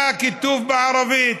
היה כיתוב בערבית,